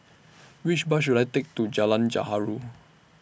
Which Bus should I Take to Jalan Gaharu